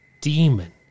demon